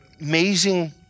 amazing